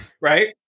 Right